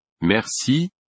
Merci